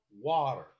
Water